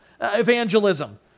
Evangelism